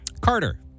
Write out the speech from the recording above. Carter